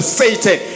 satan